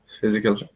physical